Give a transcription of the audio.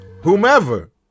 Whomever